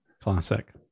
Classic